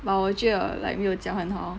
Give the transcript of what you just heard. but 我觉得 like 没有讲很好